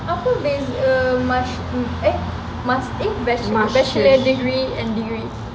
apa beza mash~ eh mash~ eh mash bachelor degree and degree